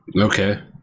Okay